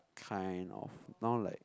kind of now like